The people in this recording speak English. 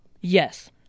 Yes